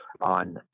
on